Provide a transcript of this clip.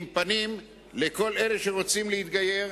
עם הפנים לכל אלה שרוצים להתגייר,